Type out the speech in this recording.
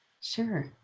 Sure